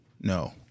No